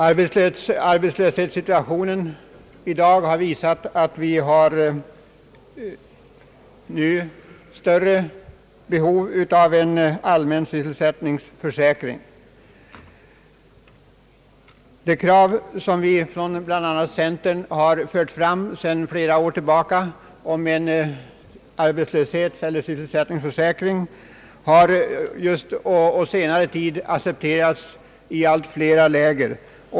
Arbetslöshetssituationen i dag har visat att vi nu har ett större behov av en allmän = sysselsättningsförsäkring. De krav som bl.a. vi från centern har fört fram sedan flera år om en arbetslöshetseller sysselsättningsförsäkring har på senare tid accepterats i allt flera läger.